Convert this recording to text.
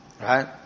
right